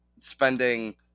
spending